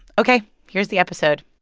ok, here's the episode